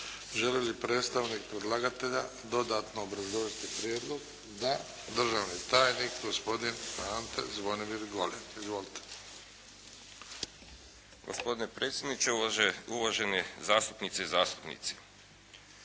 Želi li predstavnik predlagatelja dodatno obrazložiti prijedlog? Da. Državni tajnik gospodin Ante Zvonimir Golem. Izvolite. **Golem, Ante Zvonimir** Gospodine predsjedniče, uvažene zastupnice i zastupnici.